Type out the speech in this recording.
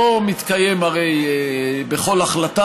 לא מתקיים הרי בכל החלטה,